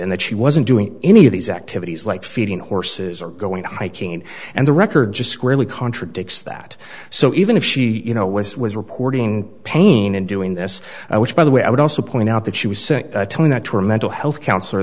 and that she wasn't doing any of these activities like feeding horses or go and hiking and the record just squarely contradicts that so even if she you know was was reporting pain and doing this which by the way i would also point out that she was telling that to a mental health counselor